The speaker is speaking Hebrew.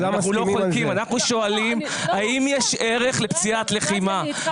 אנחנו שואלים האם יש ערך לפציעת לחימה.